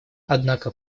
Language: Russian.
однако